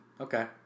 Okay